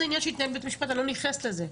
זה עניין שיתנהל בבית המשפט, אני לא נכנסת לזה.